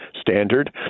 standard